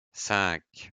cinq